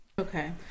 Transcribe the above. Okay